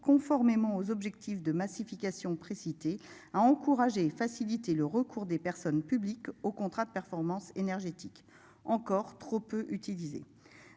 conformément aux objectifs de massification précité à encourager. Faciliter le recours des personnes publiques au contrat de performance énergétique encore trop peu utilisé